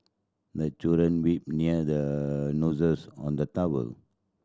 the children wipe near the noses on the towel